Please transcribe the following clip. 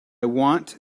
want